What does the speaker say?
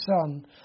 son